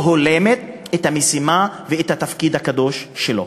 הולמת את המשימה שלו ואת התפקיד הקדוש שלו.